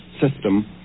system